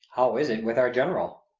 how is it with our general?